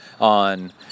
on